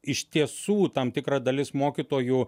iš tiesų tam tikra dalis mokytojų